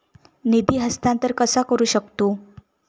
निधी हस्तांतर कसा करू शकतू?